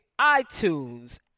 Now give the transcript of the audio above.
iTunes